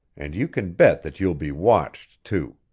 and you can bet that you'll be watched, too.